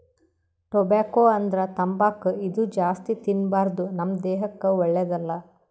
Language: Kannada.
ಟೊಬ್ಯಾಕೊ ಅಂದ್ರ ತಂಬಾಕ್ ಇದು ಜಾಸ್ತಿ ತಿನ್ಬಾರ್ದು ನಮ್ ದೇಹಕ್ಕ್ ಒಳ್ಳೆದಲ್ಲ